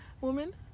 woman